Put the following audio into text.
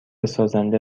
سازنده